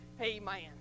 Amen